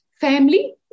family